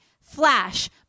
flash